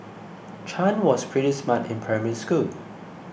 Chan was pretty smart in Primary School